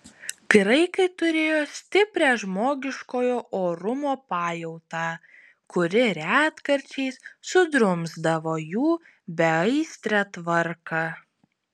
graikai turėjo stiprią žmogiškojo orumo pajautą kuri retkarčiais sudrumsdavo jų beaistrę tvarką